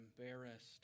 embarrassed